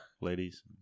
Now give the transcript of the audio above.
ladies